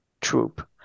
troop